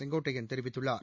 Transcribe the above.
செங்கோட்டையன் தெரிவித்துள்ளார்